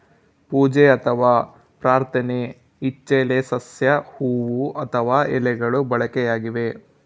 ಪೂಜೆ ಅಥವಾ ಪ್ರಾರ್ಥನೆ ಇಚ್ಚೆಲೆ ಸಸ್ಯ ಹೂವು ಅಥವಾ ಎಲೆಗಳು ಬಳಕೆಯಾಗಿವೆ